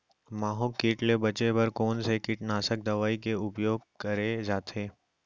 माहो किट ले बचे बर कोन से कीटनाशक दवई के उपयोग करे जाथे?